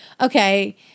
Okay